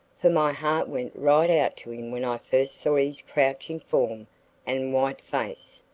for my heart went right out to him when i first saw his crouching form and white face.